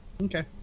Okay